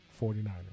49ers